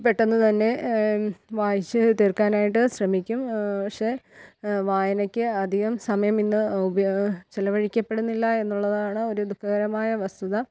പെട്ടെന്ന് തന്നെ വായിച്ച് തീർക്കാനായിട്ട് ശ്രമിക്കും പക്ഷെ വായനയ്ക്ക് അധികം സമയം ഇന്ന് ഉപയോഗം ചെലവഴിക്കപ്പെടുന്നില്ല എന്നുള്ളതാണ് ഒരു ദുഃഖകരമായ വസ്തുത